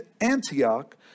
Antioch